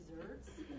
desserts